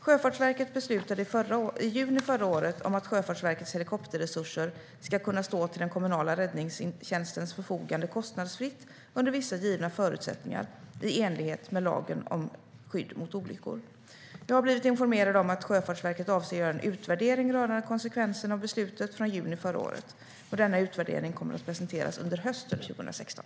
Sjöfartsverket beslutade i juni förra året om att Sjöfartsverkets helikopterresurser ska kunna stå till den kommunala räddningstjänstens förfogande kostnadsfritt under vissa givna förutsättningar i enlighet med lagen om skydd mot olyckor. Jag har blivit informerad om att Sjöfartsverket avser att göra en utvärdering rörande konsekvenserna av beslutet från juni förra året. Denna utvärdering kommer att presenteras under hösten 2016.